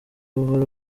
buhoro